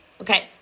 Okay